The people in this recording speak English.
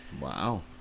Wow